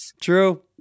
True